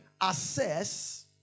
assess